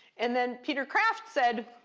and then peter kraft said,